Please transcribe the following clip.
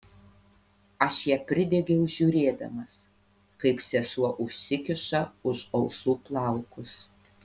aš ją pridegiau žiūrėdamas kaip sesuo užsikiša už ausų plaukus